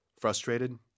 Frustrated